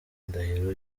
ndahiro